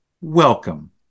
welcome